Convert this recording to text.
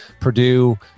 Purdue